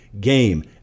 game